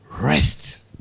rest